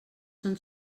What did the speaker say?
són